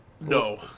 No